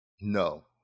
No